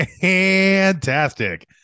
Fantastic